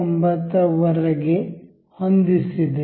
49 ವರೆಗೆ ಹೊಂದಿಸಿದೆ